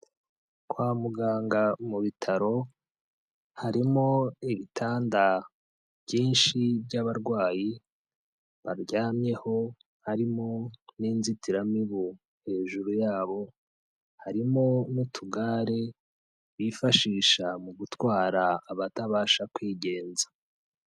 Kwa muganga mu bitaro, harimo ibitanda byinshi by'abarwayi baryamyeho, harimo n'inzitiramibu hejuru yabo, harimo n'utugare bifashisha mu gutwara abatabasha kwigenza.